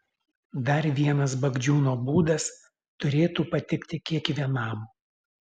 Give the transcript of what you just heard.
dar vienas bagdžiūno būdas turėtų patikti kiekvienam